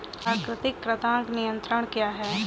प्राकृतिक कृंतक नियंत्रण क्या है?